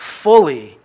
fully